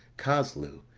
casleu,